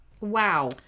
wow